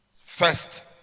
First